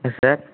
yes sir